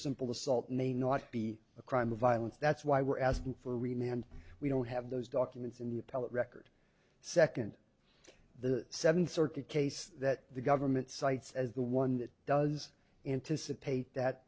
simple assault may not be a crime of violence that's why we're asking for remain and we don't have those documents in the appellate record second the seventh circuit case that the government cites as the one that does anticipate that